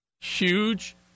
Huge